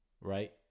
Right